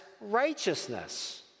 righteousness